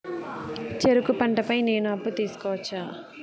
చెరుకు పంట పై నేను అప్పు తీసుకోవచ్చా?